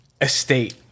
estate